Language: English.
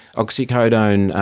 oxycodone,